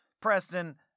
Preston